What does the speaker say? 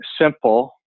simple